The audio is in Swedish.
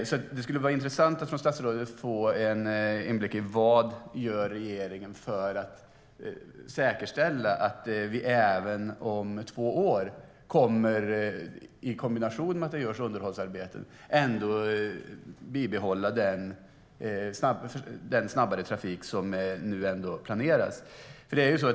Det skulle därför vara intressant att från statsrådet få en inblick i vad regeringen gör för att säkerställa att vi om två år, i kombination med att det görs underhållsarbeten, kommer att bibehålla den snabbare trafik som nu ändå planeras.